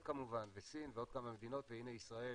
כמובן וסין ועוד כמה מדינות והנה ישראל